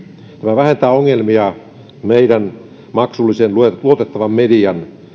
tämä vähentää meidän maksullisen luotettavan median